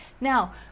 Now